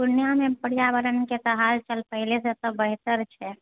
पूर्णियामे पर्यावरणके हालचाल पहिलेसँ तऽ बेहतर छै